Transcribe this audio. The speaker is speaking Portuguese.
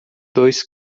dois